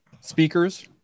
speakers